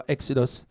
Exodus